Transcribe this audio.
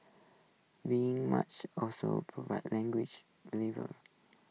being much also prevents language believer